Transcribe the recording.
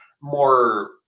more